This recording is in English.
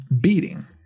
beating